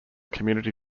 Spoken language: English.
community